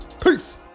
Peace